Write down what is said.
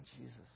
Jesus